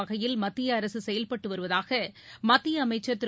வகையில் மத்திய அரசு செயல்பட்டு வருவதாக மத்திய அமைச்சர் திரு